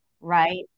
right